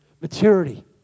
Maturity